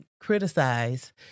criticize